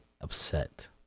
upset